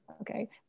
Okay